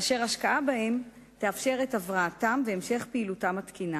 ואשר השקעה בהם תאפשר את הבראתם והמשך פעילותם התקינה: